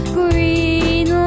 green